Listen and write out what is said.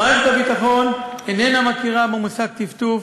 מערכת הביטחון איננה מכירה במושג טפטוף,